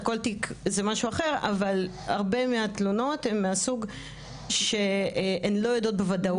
כל תיק זה משהו אחר אבל הרבה מהתלונות הן מהסוג שהן לא יודעות בוודאות.